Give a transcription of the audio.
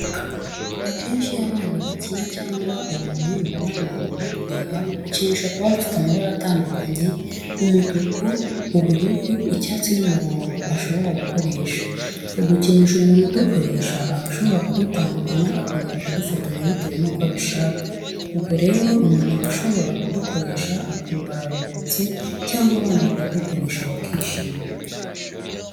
Akenshi iyo abana bakina cyangwa umuntu yumva ananiwe mu mutwe, hari udukinisho tuba dufite amabara atandukanye: umutuku, ubururu, icyatsi n'umuhondo ashobora gukoresha. Utwo dukinisho umuntu udukoresha, aba ashobora kudutandukanya akongera akadufatanya bitewe nuko abishaka. Ubwo rero umuntu aba ashobora kudukoresha akumva araruhutse cyangwa abana bakadukoresha bakishima.